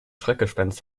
schreckgespenst